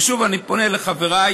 ושוב, אני פונה לחבריי